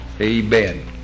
Amen